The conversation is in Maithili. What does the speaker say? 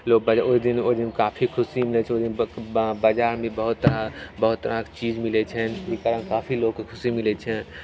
लोग पहिले ओइदिन ओइदिन काफी खुशी मिलय छै ओइदिन ब बजारमे बहुत तरह बहुत तरहक चीज मिलय छै ओइ कारण काफी लोकके खुशी मिलय छै